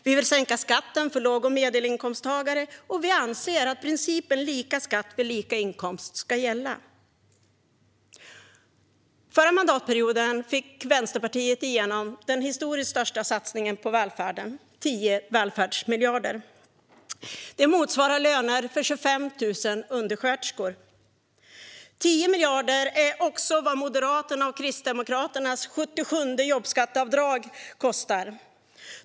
Vi vill sänka skatten för låg och medelinkomsttagare och anser att principen lika skatt för lika inkomst ska gälla. Förra mandatperioden fick Vänsterpartiet igenom den historiskt största satsningen på välfärden - 10 välfärdsmiljarder. Det motsvarar löner för 25 000 undersköterskor. 10 miljarder är också vad Moderaternas och Kristdemokraternas 77:e jobbskatteavdrag kostar.